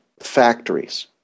Factories